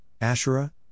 Asherah